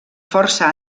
força